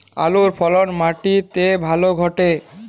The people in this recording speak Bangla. আলুর ফলন মাটি তে ভালো ঘটে?